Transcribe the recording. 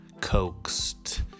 coaxed